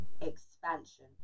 expansion